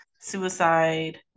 suicide